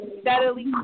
steadily